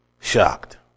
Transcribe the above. shocked